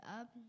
up